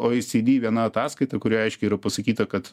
oecd viena ataskaita kurioj aiškiai yra pasakyta kad